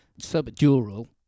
subdural